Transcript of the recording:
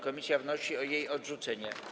Komisja wnosi o jej odrzucenie.